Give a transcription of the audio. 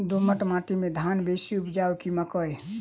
दोमट माटि मे धान बेसी उपजाउ की मकई?